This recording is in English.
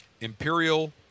Imperial